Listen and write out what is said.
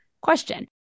question